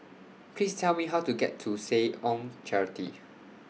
Please Tell Me How to get to Seh Ong Charity